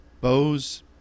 bows